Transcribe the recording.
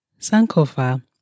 Sankofa